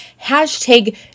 hashtag